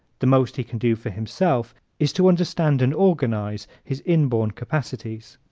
the most he can do for himself is to understand and organize his inborn capacities.